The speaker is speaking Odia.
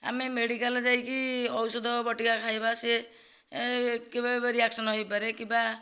ଆମେ ମେଡ଼ିକାଲ ଯାଇକି ଔଷଧ ବଟିକା ଖାଇବା ସେ କେବେ ରିଏକ୍ସନ ହୋଇପାରେ କିମ୍ବା